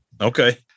Okay